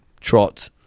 Trot